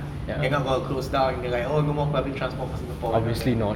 they are not going to closed down and the like oh no more public transport for singapore